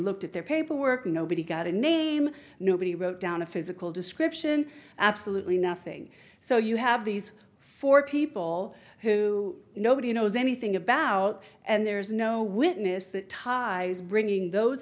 looked at their paperwork nobody got a name nobody wrote down a physical description absolutely nothing so you have these four people who nobody knows anything about and there's no witness that ties bringing those